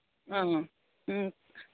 ꯑ ꯎꯝ